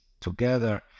together